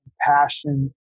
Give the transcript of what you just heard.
passion